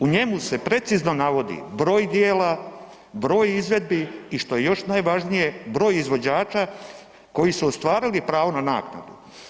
U njemu se precizno navodi broj djela, broj izvedbi i što je još najvažnije, broj izvođača koji su ostvarili pravo na naknadu.